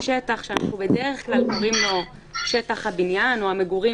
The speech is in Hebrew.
בשטח שאנחנו בדרך כלל קוראים לו שטח הבניין או המגורים,